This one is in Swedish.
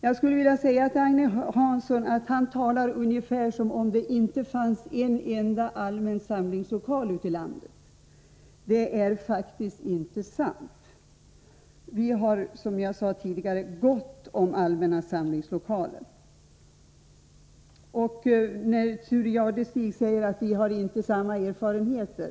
Jag skulle vilja säga till Agne Hansson att han talar ungefär som om det inte fanns en enda allmän samlingslokal ute i landet. Det är faktiskt inte sant. Vi har, som jag sade tidigare, gott om allmänna samlingslokaler. Thure Jadestig säger att han och jag inte har samma erfarenheter.